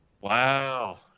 Wow